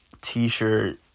t-shirt